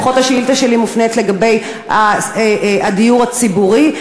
לפחות השאילתה שלי היא לגבי הדיור הציבורי.